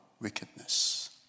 wickedness